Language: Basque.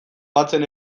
batzen